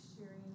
sharing